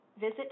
Visit